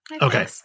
Okay